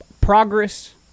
progress